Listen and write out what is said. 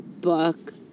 book